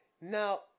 Now